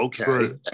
okay